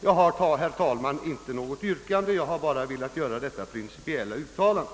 Jag har, herr talman, inte något yrkande. Jag har bara velat göra detta principiella uttalande.